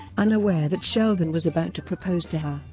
unaware that sheldon was about to propose to her.